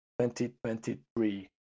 2023